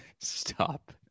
Stop